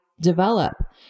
develop